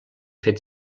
fet